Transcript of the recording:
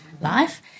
life